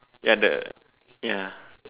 ya the ya